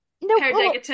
no